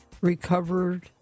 recovered